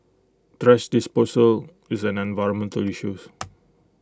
thrash disposal is an environmental issues